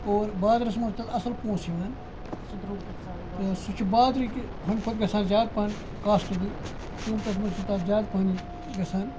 اور بازرَس منٛز تَتھ اَصٕل پونٛسہٕ یِوان تہٕ سُہ چھِ بازرٕکہِ ہُمہِ کھۄتہٕ گژھان زیادٕ پَہَم کاسٹٕلی قۭمتَس منٛز چھِ تَتھ زیادٕ پَہَم یہِ گژھان